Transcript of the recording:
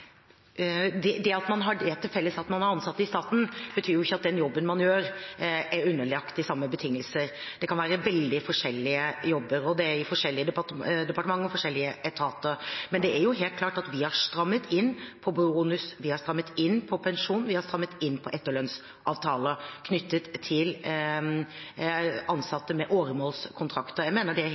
lønnsdannelse. Det at man har det til felles at man er ansatt i staten, betyr ikke at den jobben man gjør, er underlagt de samme betingelsene. Det kan være veldig forskjellige jobber, og de er i forskjellige departementer og i forskjellige etater. Men det er helt klart at vi har strammet inn på bonus, vi har strammet inn på pensjon, og vi har strammet inn på etterlønnsavtaler knyttet til ansatte med åremålskontrakter. Jeg mener det